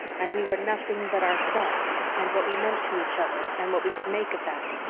and we were nothing but ourselves and what we meant to each other and what we could make of that,